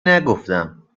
نگفتم